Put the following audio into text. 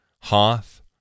Hoth